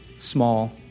small